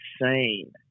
insane